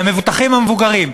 מהמבוטחים המבוגרים: